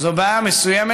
זו בעיה מסוימת,